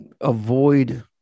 avoid